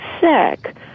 sick